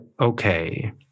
okay